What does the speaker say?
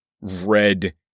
red